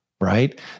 right